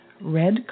red